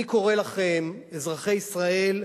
אני קורא לכם, אזרחי ישראל,